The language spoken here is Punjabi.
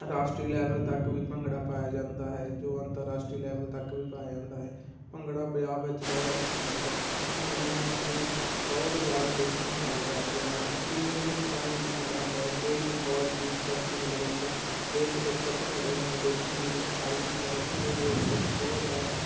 ਰਾਸ਼ਟਰੀ ਲੈਵਲ ਤੱਕ ਵੀ ਭੰਗੜਾ ਪਾਇਆ ਜਾਂਦਾ ਹੈ ਜੋ ਅੰਤਰਰਾਸ਼ਟਰੀ ਲੈਵਲ ਤੱਕ ਵੀ ਪਾਇਆ ਜਾਂਦਾ ਹੈ ਭੰਗੜਾ ਪੰਜਾਬ ਵਿੱਚ ਬਹੁਤ ਜ਼ਿਆਦਾ ਪ੍ਰਚਲਿਤ ਹੈ ਭੰਗੜੇ ਨੂੰ ਅਸੀਂ ਬਹੁਤ ਜ਼ਿਆਦਾ ਦੇਖਣਾ ਪਸੰਦ ਕਰਦੇ ਹਨ ਅਖੀਰ ਹਿੱਸਾ ਹੀ ਭੰਗੜਾ ਹੁੰਦਾ ਹੈ ਕੋਈ ਵੀ ਕਾਲਜ ਯੂਥ ਫੈਸਟੀਵਲ ਵਿੱਚ ਹਰੇਕ ਬੱਚਾ ਭੰਗੜੇ ਨੂੰ ਦੇਖਣ ਲਈ ਉਤਸ਼ਾਹਿਤ ਹੁੰਦਾ ਹੈ ਭੰਗੜੇ ਵਿੱਚ ਅਸੀਂ ਬਹੁਤ ਜ਼ਿਆਦਾ